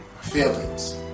feelings